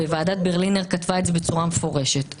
וועדת ברלינר כתבה את זה בצורה מפורשת,